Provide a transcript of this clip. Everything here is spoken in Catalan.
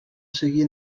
seguir